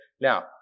Now